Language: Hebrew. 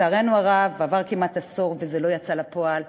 לצערנו הרב עבר כמעט עשור וזה לא יצא לפועל.